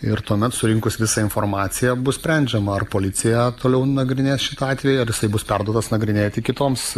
ir tuomet surinkus visą informaciją bus sprendžiama ar policija toliau nagrinės šitą atvejį ar jisai bus perduotas nagrinėti kitoms